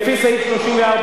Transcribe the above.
לפי סעיף 34(א),